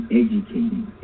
educating